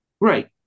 Right